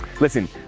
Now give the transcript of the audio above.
Listen